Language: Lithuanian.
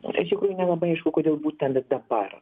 iš tikrųjų nelabai aišku kodėl būtent dabar